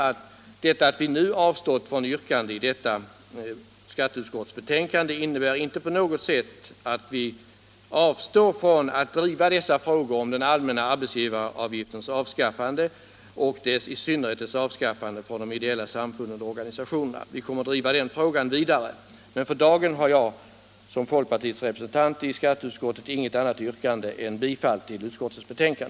Att vi avstår från yrkande i detta betänkande innebär inte på något sätt att vi avstår från att driva frågan om den allmänna arbetsgivaravgiftens avskaffande och i synnerhet frågan om befrielse för ideella samfund och organisationer från att erlägga arbetsgivaravgift. Vi kommer att driva de frågorna vidare. För dagen har jag emellertid som folkpartiets representant i skatteutskottet inget annat yrkande än bifall till utskottets hemställan.